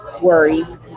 Worries